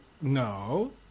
No